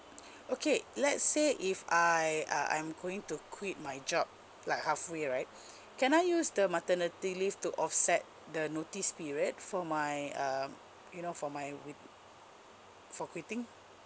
okay let's say if I uh I'm going to quit my job like halfway right can I use the maternity leave to offset the notice period for my um you know for my wai~ for quitting